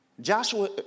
Joshua